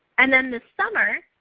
and then this summer